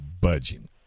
budging